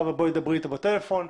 דברי אתו בטלפון,